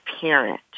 parent